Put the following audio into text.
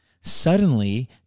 Suddenly